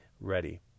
ready